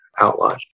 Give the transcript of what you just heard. outline